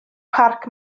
parc